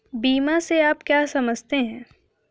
बीमा से आप क्या समझते हैं?